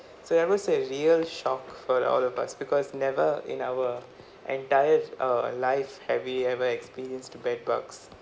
so that was a real shock for all of us because never in our entire uh life have we ever experienced bedbugs